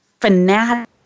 fanatic